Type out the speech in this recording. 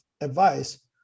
advice